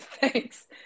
Thanks